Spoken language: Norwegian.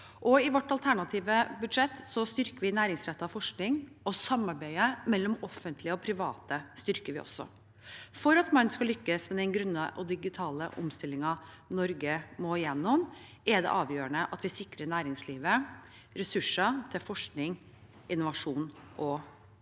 I vårt alternative budsjett styrker vi næringsrettet forskning. Vi styrker også samarbeidet mellom offentlige og private. For at man skal lykkes med den grønne og digitale omstillingen Norge må gjennom, er det avgjørende at vi sikrer næringslivet ressurser til forskning, innovasjon og utvikling.